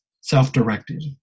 self-directed